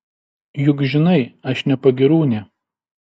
juk žinai aš ne pagyrūnė